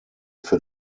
für